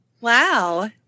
Wow